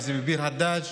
אם זה בביר הדאג'